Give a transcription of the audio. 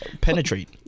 Penetrate